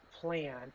plan